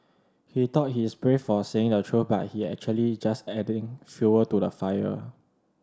he thought he's brave for saying the truth but he actually just adding fuel to the fire